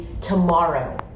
tomorrow